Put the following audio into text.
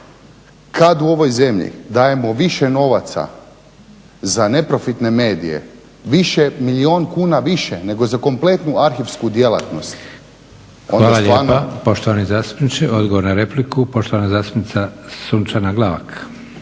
Kad u ovoj zemlji dajemo više novaca za neprofitne medije, milijun kuna više nego za kompletnu arhivsku djelatnost … **Leko,